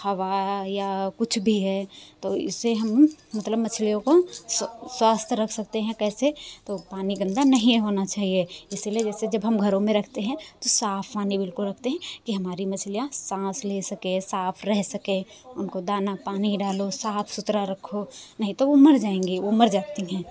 हवा या कुछ भी है तो इससे हम मतलब मछलियों को स्वास्थ्य रख सकते हैं कैसे तो पानी गंदा नही होना चहिए इसीलिए जैसे जब हम घरों में रखते हैं तो साफ पानी बिलकुल रखते हैं जिससे कि हमारी मछलियां सांस ले सकें साफ रह सकें उनको दाना पानी डालो साफ सुथरा रखो नहीं तो वो मर जाएगी वो मर जाती हैं